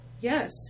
yes